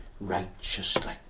righteously